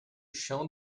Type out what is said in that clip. chão